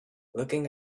looking